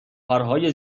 پرهای